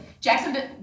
Jackson